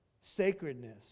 Sacredness